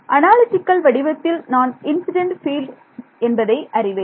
analytical வடிவத்தில் நான் incident field என்பதை அறிவேன்